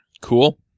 Cool